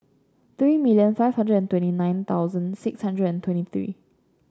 three million five hundred and twenty nine thousand six hundred and twenty three